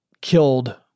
killed